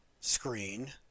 screen